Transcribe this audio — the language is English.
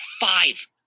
Five